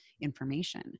information